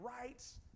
rights